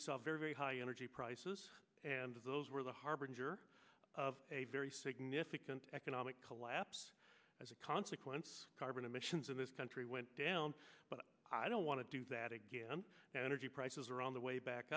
very very high energy prices and of those were the harbinger of a very significant economic collapse as a consequence carbon emissions in this country went down but i don't want to do that again energy prices are on the way back